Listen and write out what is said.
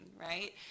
right